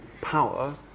power